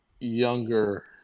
younger